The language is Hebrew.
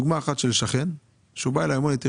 דוגמה אחת של שכן שבא אלי ואמר לי שהוא